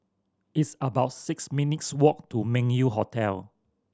it's about six minutes' walk to Meng Yew Hotel